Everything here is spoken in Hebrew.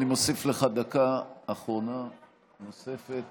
אני מוסיף לך דקה אחרונה נוספת,